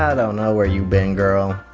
yeah don't know where you been girl.